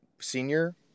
senior